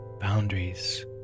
boundaries